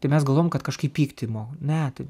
tai mes galvojam kad kažkaip pykti mo ne tai